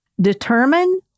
Determine